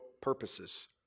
purposes